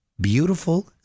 Beautiful